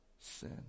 Sin